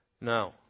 No